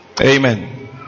Amen